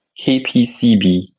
KPCB